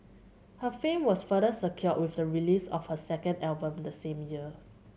her fame was further secured with the release of her second album the same year